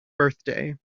birthday